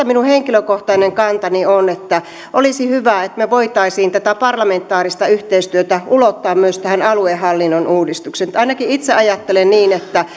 minun henkilökohtainen kantani on että olisi hyvä että me voisimme tätä parlamentaarista yhteistyötä ulottaa myös tähän aluehallinnon uudistukseen ainakin itse ajattelen niin että